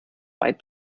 weit